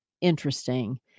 interesting